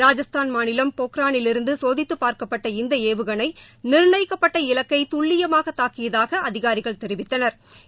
ராஜஸ்தான் மாநிலம் பொக்ரானிலிருந்து சோதித்துப் பார்க்கப்பட்ட இந்த ஏவுகணை நிர்ணயிக்கப்பட்ட இலக்கை துல்லியமாக தாக்கியதாக அதிகாரிகள் தெரிவித்தனா்